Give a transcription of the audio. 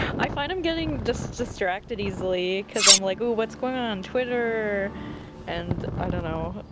i find i'm getting just distracted easily because i'm like what's going on on twitter and i don't know,